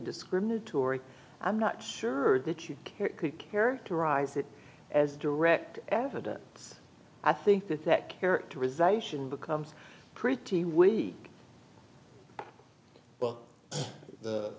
discriminatory i'm not sure that you could characterize it as direct evidence i think that that characterization becomes pretty weak but the